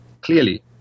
clearly